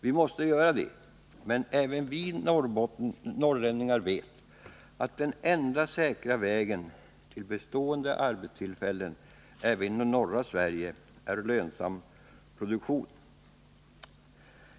Vi måste göra detta, men även vi norrlänningar vet att den enda säkra vägen till bestående arbetstillfällen även i norra Sverige är lönsam produktion.